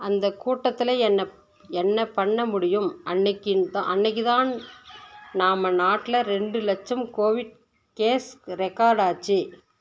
அந்த கூட்டத்தில் என்ன என்ன பண்ண முடியும் அன்னைக்குன்னுதா அன்னைக்கு தான் நம்ம நாட்டில் ரெண்டு லட்சம் கோவிட் கேஸ் ரெகார்ட் ஆச்சு